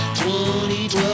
2012